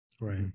right